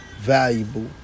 valuable